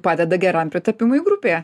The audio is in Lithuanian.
padeda geram pritapimui grupėje